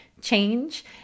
change